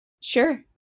Sure